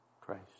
Christ